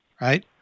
right